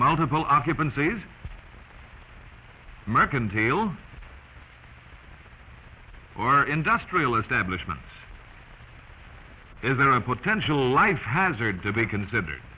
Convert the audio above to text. multiple occupancies american jails or industrial establishment is there a potential life hazard debate considered